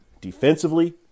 defensively